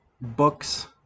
books